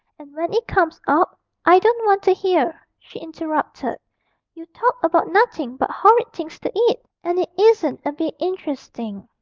and when it comes up i don't want to hear she interrupted you talk about nothing but horrid things to eat, and it isn't a bit interesting